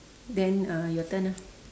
then uh your turn ah